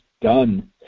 done